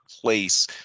place